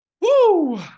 Woo